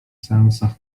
seansach